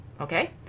Okay